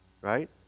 Right